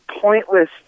pointless